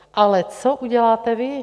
Ale co uděláte vy?